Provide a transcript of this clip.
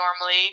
normally